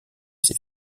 ses